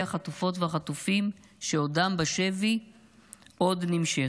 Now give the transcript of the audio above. החטופות והחטופים שעודם בשבי עוד נמשכת.